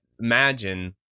imagine